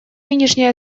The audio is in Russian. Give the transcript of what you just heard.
нынешнее